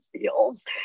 feels